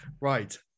Right